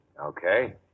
Okay